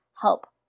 help